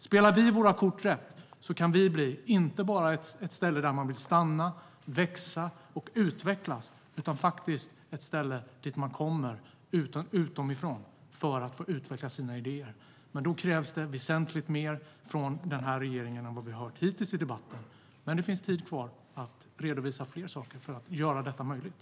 Spelar vi våra kort rätt kan vi bli inte bara ett ställe där man vill stanna, växa och utvecklas utan faktiskt ett ställe dit man kommer utifrån för att få utveckla sina idéer. Men då krävs det väsentligt mer från regeringen än vad vi har hört hittills i debatten. Det finns dock tid kvar att redovisa fler saker för att göra detta möjligt.